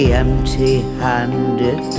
empty-handed